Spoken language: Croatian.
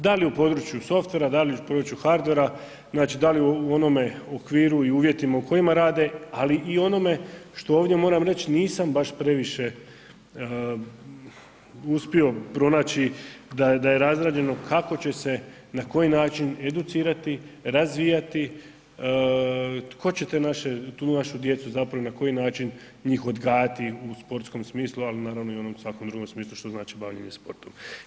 Da li u području softvera, da li u području hardvera, znači da li u onome okviru i uvjetima u kojima rade, ali i u onome što ovdje moram reći nisam baš previše uspio pronaći da je razrađeno kako će se na koji način educirati, razvijati, tko će te naše, tu našu djecu zapravo na koji način njih odgajati u sportskom smislu, ali naravno i onom svakom drugom smislu što znači bavljenje sportom.